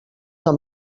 amb